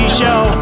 show